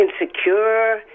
insecure